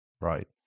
right